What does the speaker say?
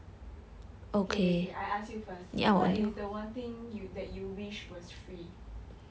okay I ask you first what is the one thing that you wish was free